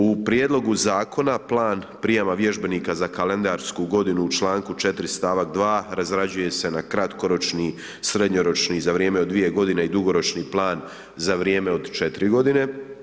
U prijedlogu zakona plan prijama vježbenika za kalendarsku godinu u članku 4. stavak 2. razrađuje se na kratkoročni, srednjoročni za vrijeme od dvije godine i dugoročni plan za vrijeme od 4 godine.